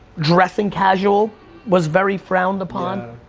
dressing casual was very frowned upon,